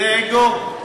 זה אגו?